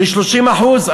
ל-30%?